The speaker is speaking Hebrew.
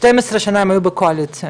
12 שנה הם היו בקואליציה,